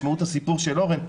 תשמעו את הסיפור של אורן,